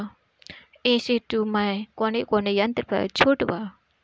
ई.सी टू मै कौने कौने यंत्र पर छुट बा?